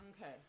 Okay